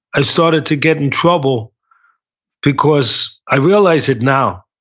i started to get in trouble because, i realize it now.